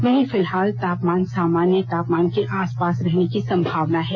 वहीं फिलहाल तापमान सामान्य तापमान के आसपास रहने की संभावना है